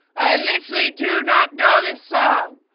i literally do not know this song.